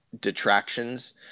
detractions